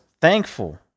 thankful